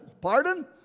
Pardon